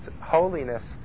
holiness